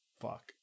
fuck